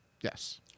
yes